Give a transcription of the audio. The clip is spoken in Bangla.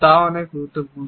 তাও অনেক গুরুত্বপূর্ণ